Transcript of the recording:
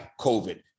COVID